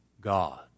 god